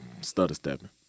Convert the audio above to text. stutter-stepping